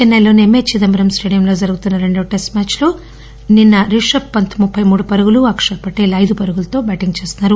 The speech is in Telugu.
చెన్నైలోని ఎంఏ చిదంబరం స్టేడియంలో జరుగుతున్న రెండవ టెస్టు మ్యాద్లో నిన్న ఆట ముగిసే సమయానికి రిషభ్ పంత్ ముప్పె మూడు పరుగులు అక్షర్ పటేల్ ఐదు పరుగులతో బ్యాటింగ్ చేస్తున్నారు